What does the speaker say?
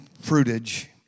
fruitage